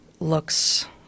Looks